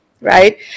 right